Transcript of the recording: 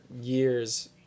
years